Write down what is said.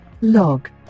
log